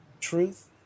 truth